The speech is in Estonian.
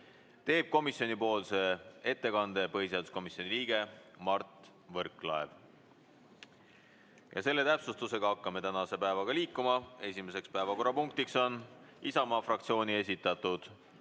teeb komisjoni nimel ettekande põhiseaduskomisjoni liige Mart Võrklaev. Selle täpsustusega hakkame tänase päevaga liikuma. Esimene päevakorrapunkt on Isamaa fraktsiooni esitatud